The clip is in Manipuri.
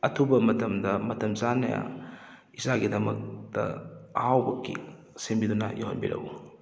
ꯑꯊꯨꯕ ꯃꯇꯝꯗ ꯃꯇꯝ ꯆꯥꯅ ꯏꯆꯥꯒꯤꯗꯃꯛꯇ ꯑꯍꯥꯎꯕ ꯀꯦꯛ ꯁꯦꯝꯕꯤꯗꯨꯅ ꯌꯧꯍꯟꯕꯤꯔꯛꯎ